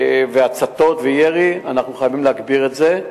הצתות וירי, אנחנו חייבים להגביר את זה.